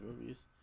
movies